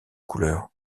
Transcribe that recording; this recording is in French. couleurs